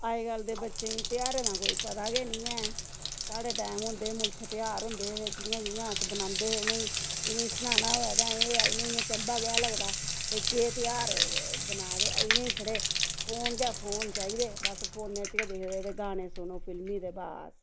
अज्जकल दे बच्चें गी ध्यारें दा कोई पता गै नेईं ऐ साढ़े टैम होंदे मुल्ख ध्यार होंदे हे ते कि'यां कि'यां अस मनांदे हे उ'नें गी इ'नेंगी सनाना होऐ ते इ'नें गी एह् चम्बा जेहा लगदा भाई केह् ध्यार बनाए दे इ'नें गी छड़े फोन गै फोन चाहिदे बस फोनै च गै दिखदे ते गाने सुनो फिल्मी ते बस